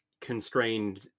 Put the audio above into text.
constrained